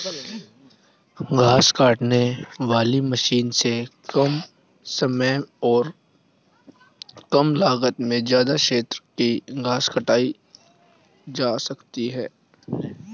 घास काटने वाली मशीन से कम समय और कम लागत में ज्यदा क्षेत्र की घास काटी जा सकती है